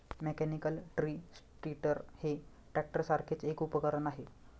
mechanical tree stirrer हे ट्रॅक्टरसारखेच एक उपकरण आहे